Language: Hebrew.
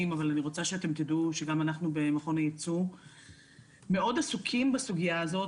אבל אני רוצה שתדעו שגם אנחנו במכון היצוא מאוד עסוקים בסוגיה הזאת.